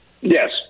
Yes